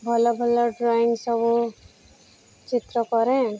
ଭଲ ଭଲ ଡ୍ରଇଂ ସବୁ ଚିତ୍ର କରେ